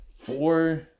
four